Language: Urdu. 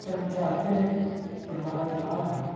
اگر ہم چاہتے ہیں کہ ہمارا دماغ بھی